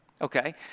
okay